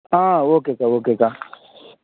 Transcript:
ஆ ஓகேக்கா ஓகேக்கா